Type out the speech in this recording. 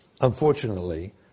unfortunately